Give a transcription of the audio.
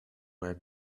were